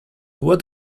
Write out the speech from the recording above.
what